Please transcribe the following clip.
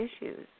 issues